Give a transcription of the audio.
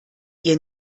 ihr